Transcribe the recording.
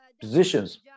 positions